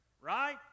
right